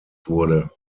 wurde